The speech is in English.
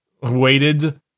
waited